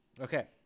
Okay